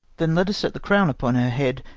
then let us set the crown upon her head,